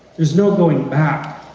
there's no going back,